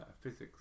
physics